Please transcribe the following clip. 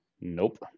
nope